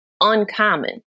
uncommon